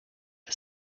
are